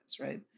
Right